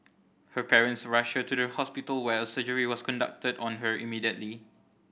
her parents rushed her to a hospital where a surgery was conducted on her immediately